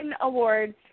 awards